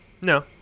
No